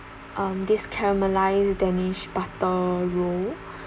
um this caramelized danish butter roll